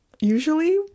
usually